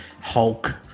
hulk